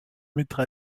mettre